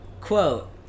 Quote